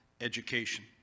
education